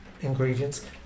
ingredients